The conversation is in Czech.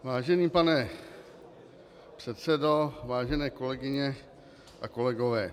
Vážený pane předsedo, vážené kolegyně a kolegové.